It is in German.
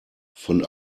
von